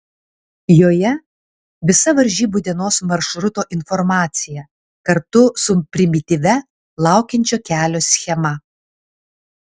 joje visa varžybų dienos maršruto informacija kartu su primityvia laukiančio kelio schema